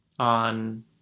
on